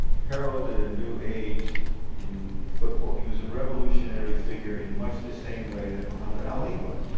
heralded a new age in in football. he was a revolutionary figure in much the same way that muhammad ali was.